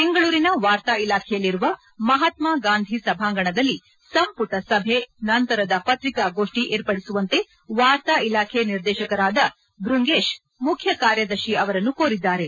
ಬೆಂಗಳೂರಿನ ವಾರ್ತಾ ಇಲಾಖೆಯಲ್ಲಿರುವ ಮಹಾತ್ಮ ಗಾಂಧಿ ಸಭಾಂಗಣದಲ್ಲಿ ಸಂಪುಟ ಸಭೆ ನಂತರದ ಪತ್ರಿಕಾ ಗೋಷ್ಟಿ ಏರ್ಪಡಿಸುವಂತೆ ವಾರ್ತಾ ಇಲಾಖೆ ನಿರ್ದೇಶಕರಾದ ಬೃಂಗೇಶ್ ಮುಖ್ಯಕಾರ್ಯದರ್ತಿ ಅವರನ್ನು ಕೋರಿದ್ದಾರೆ